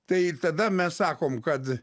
tai tada mes sakom kad